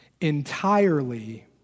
entirely